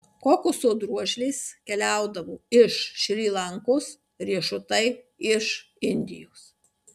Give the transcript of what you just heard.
kokoso drožlės keliaudavo iš šri lankos riešutai iš indijos